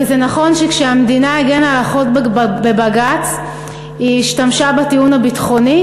וזה נכון שכשהמדינה הגנה על החוק בבג"ץ היא השתמשה בטיעון הביטחוני,